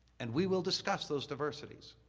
and we will discuss those diversities.